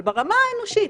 אבל ברמה האנושית,